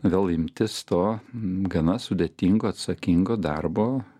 vėl imtis to gana sudėtingo atsakingo darbo